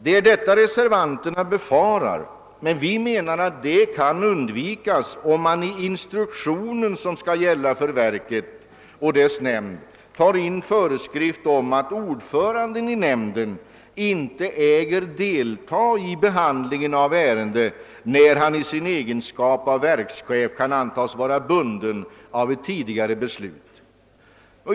Det är detta reservanterna befarar. Vi menar dock att det kan undvikas, om man i den instruktion som skall gälla för verket och dess nämnd tar in en föreskrift om att ordföranden i nämnden inte äger delta i behandlingen av ärende när han i sin egenskap av verkschef kan antas vara bunden av ett tidigare beslut.